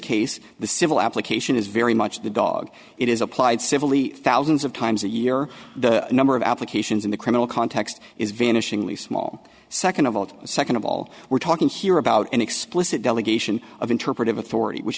case the civil application is very much the dog it is applied civilly thousands of times a year the number of applications in the criminal context is vanishingly small second of all second of all we're talking here about an explicit delegation of interpretive authority which